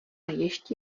ještě